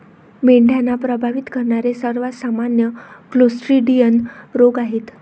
मेंढ्यांना प्रभावित करणारे सर्वात सामान्य क्लोस्ट्रिडियल रोग आहेत